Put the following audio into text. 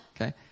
Okay